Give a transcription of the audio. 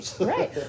Right